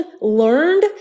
learned